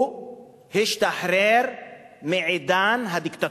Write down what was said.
הוא השתחרר מעידן הדיקטטורה,